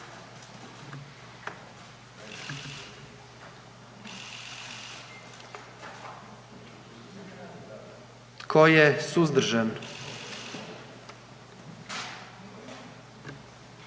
Tko je suzdržan?